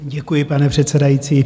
Děkuji, pane předsedající.